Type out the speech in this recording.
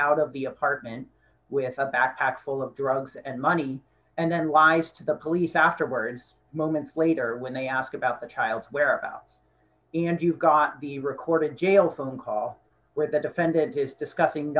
out of the apartment with a backpack full of drugs and money and then wise to the police afterwards moments later when they ask about the child's whereabouts and you've got the recorded jail phone call where the defendant is discussing